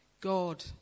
God